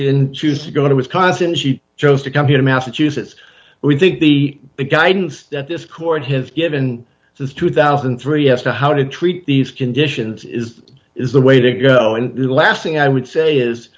in choose to go to wisconsin she chose to come here to massachusetts we think the guidance that this court have given this two thousand and three as to how to treat these conditions is is the way to go and the last thing i would say is